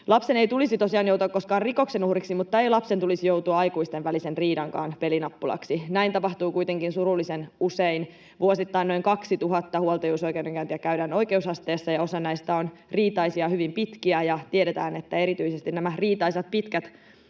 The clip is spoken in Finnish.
Lapsen ei tulisi tosiaan koskaan joutua rikoksen uhriksi, mutta ei lapsen tulisi joutua aikuisten välisen riidan pelinappulaksikaan. Näin tapahtuu kuitenkin surullisen usein. Vuosittain noin 2 000 huoltajuusoikeudenkäyntiä käydään oikeusasteissa, ja osa näistä on riitaisia, hyvin pitkiä, ja tiedetään, että erityisesti nämä riitaisat, pitkät